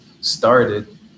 started